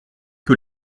que